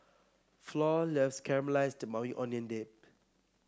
Flor loves Caramelized Maui Onion Dip